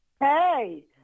Hey